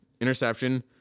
Interception